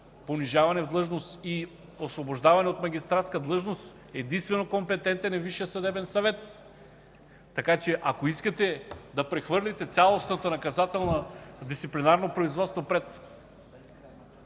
понижаване в длъжност и освобождаване от магистратска длъжност, единствено компетентен е Висшият съдебен съвет. Ако искате да прехвърлите цялостното дисциплинарно производство пред